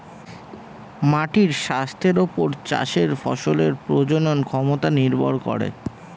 মাটির স্বাস্থ্যের ওপর চাষের ফসলের প্রজনন ক্ষমতা নির্ভর করে